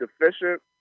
deficient